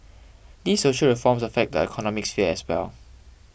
these social reforms affect the economic sphere as well